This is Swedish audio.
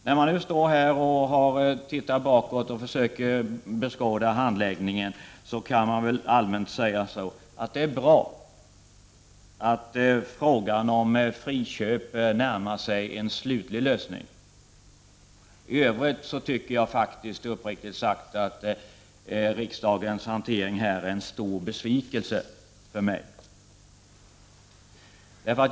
När man blickar bakåt och försöker beskåda handläggningen kan man allmänt säga att det är bra att frågan om friköp närmar sig en slutlig lösning. I övrigt tycker jag uppriktigt sagt att riksdagens hantering har varit en stor besvikelse.